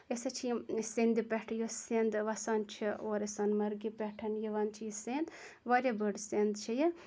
یہِ ہَسا چھِ یِم سیٚندِ پیٚٹھ یۄس سیٚنٛد وَسان چھِ اورٕ سوٚنمَرگہِ پیٚٹھ یِوان چھِ یہِ سٮ۪نٛد واریاہ بٔڑ سٮ۪نٛد چھِ یہِ